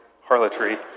harlotry